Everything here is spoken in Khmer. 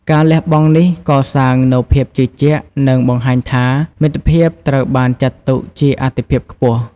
ការលះបង់នេះកសាងនូវ ភាពជឿជាក់ និងបង្ហាញថា មិត្តភាពត្រូវបានចាត់ទុកជាអាទិភាពខ្ពស់។